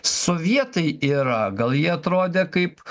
sovietai yra gal jie atrodė kaip